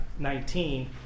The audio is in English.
19